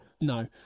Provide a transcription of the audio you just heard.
No